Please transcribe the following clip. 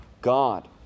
God